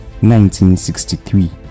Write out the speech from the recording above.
1963